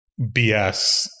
BS